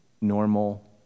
normal